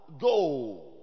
go